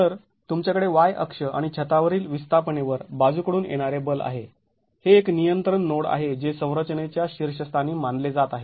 तर तुमच्याकडे y अक्ष आणि छतावरील विस्थापनेवर बाजूकडून येणारे बल आहे हे एक नियंत्रण नोड आहे जे संरचनेच्या शीर्षस्थानी मानले जात आहे